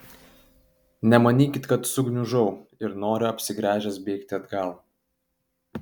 nemanykit kad sugniužau ir noriu apsigręžęs bėgti atgal